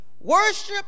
Worship